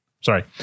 sorry